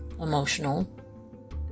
emotional